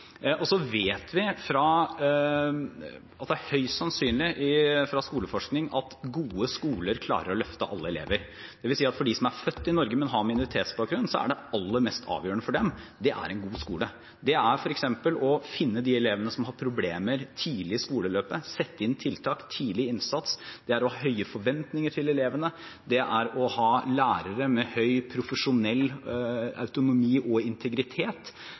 vet vi at det er høyst sannsynlig at gode skoler klarer å løfte alle elever, dvs. at for dem som er født i Norge, men har minoritetsbakgrunn, er en god skole det aller mest avgjørende. Det er f.eks. å finne de elevene som har problemer, tidlig i skoleløpet, og sette inn tiltak, tidlig innsats. Det er å ha høye forventninger til elevene. Det er å ha lærere med høy profesjonell autonomi og integritet.